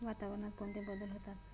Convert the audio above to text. वातावरणात कोणते बदल होतात?